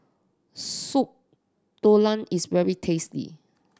Soup Tulang is very tasty